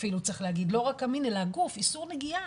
איסור נגיעה.